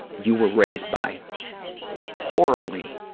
you were raised by horribly